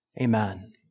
Amen